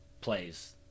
plays